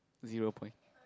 zero point